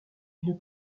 une